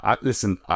Listen